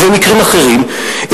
ובמקרים אחרים,